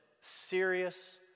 serious